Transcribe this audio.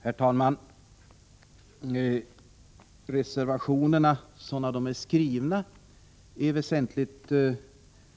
Herr talman! Reservationerna, som de är skrivna, är väsentligt